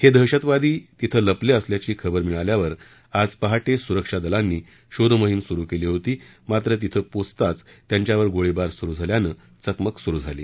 हे दहशतवादी तिथं लपले असल्याची खबर मिळाल्यावर आज पहाटे सुरक्षा दलांनी शोधमोहीम सुरु केली होती मात्र तिथं पोचताच त्यांच्यावर गोळीबार झाल्यानं चकमक सुरु झाली